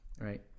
right